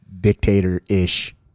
dictator-ish